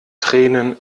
tränen